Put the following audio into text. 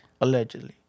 Allegedly